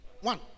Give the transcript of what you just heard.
one